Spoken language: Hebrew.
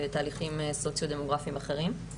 ויש תהליכים סוציו-דמוגרפיים אחרים,